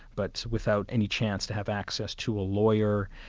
but without any chance to have access to a lawyer,